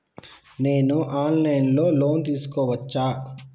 నేను online లో loan తీసుకోవచ్చా?